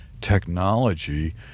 technology